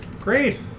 Great